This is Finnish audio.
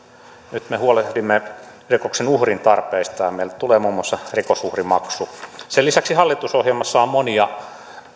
nyt me huolehdimme rikoksen uhrin tarpeista ja meille tulee muun muassa rikosuhrimaksu sen lisäksi hallitusohjelmassa on monia